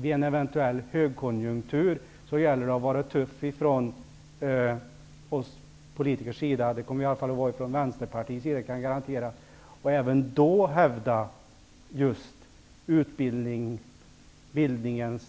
Vid en eventuell högkonjunktur gäller det att vi politiker är tuffa -- det kommer i varje fall vi från Vänsterpartiet att vara, det kan jag garantera -- och även då hävdar utbildningens